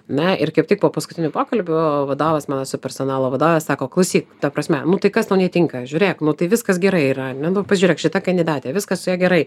na ir kaip tik po paskutinių pokalbių vadovas mano personalo vadove sako klausyk ta prasme nu tai kas tau netinka žiūrėk matai viskas gerai yra ne nu pažiūrėk šita kandidatė viskas su ja gerai